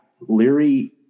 Leary